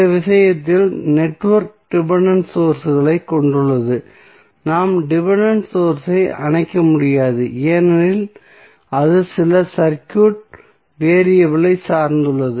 இந்த விஷயத்தில் network dependent சோர்ஸ்களை கொண்டுள்ளது நாம் டிபென்டென்ட் சோர்ஸ் ஐ அணைக்க முடியாது ஏனெனில் அது சில சர்க்யூட் வேரியபில் ஐ சார்ந்துள்ளது